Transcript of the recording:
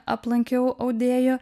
aplankiau audėjų